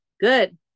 good